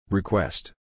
Request